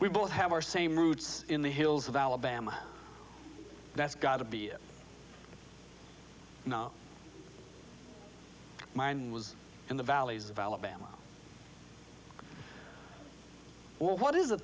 we both have our same roots in the hills of alabama that's got to be no mine was in the valleys of alabama well what is